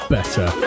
Better